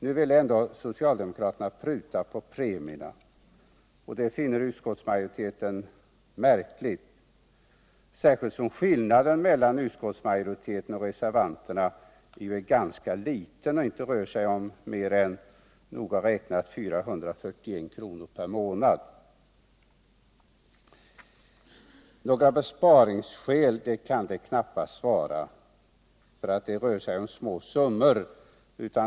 Nu vill ändå socialdemokraterna pruta på premierna, och det finner utskottsmajoriteten märkligt, särskilt som skillnaden mellan majoriteten och reservanterna är ganska liten, inte mer än noga räknat 441 kr. per månad. Det kan knappast ligga några besparingsskäl bakom så små summor.